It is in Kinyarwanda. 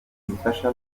zifasha